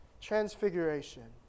Transfiguration